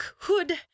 hood